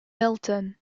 milton